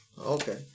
Okay